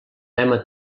tema